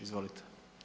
Izvolite.